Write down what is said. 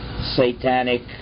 satanic